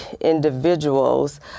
individuals